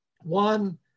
one